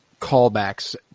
callbacks